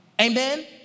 Amen